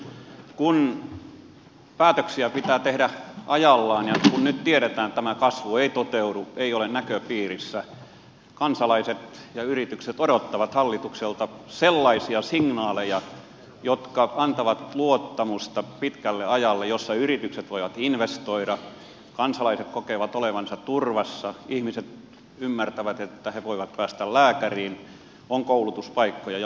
kun päätöksiä pitää tehdä ajallaan ja kun nyt tiedetään että tämä kasvu ei toteudu ei ole näköpiirissä kansalaiset ja yritykset odottavat hallitukselta sellaisia signaaleja jotka antavat luottamusta pitkälle ajalle jolloin yritykset voivat investoida kansalaiset kokevat olevansa turvassa ihmiset ymmärtävät että he voivat päästä lääkäriin on koulutuspaikkoja ja muita